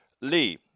Lee